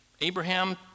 Abraham